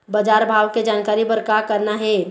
बजार भाव के जानकारी बर का करना हे?